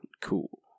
cool